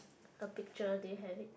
a picture do you have it